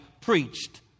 preached